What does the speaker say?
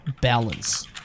balance